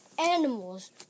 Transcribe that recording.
Animals